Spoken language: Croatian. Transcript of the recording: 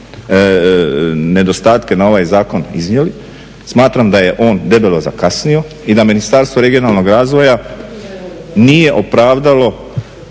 nedostatke na ovaj zakon iznijeli. Smatram da je on debelo zakasnio i da Ministarstvo regionalnog razvoja nije opravdalo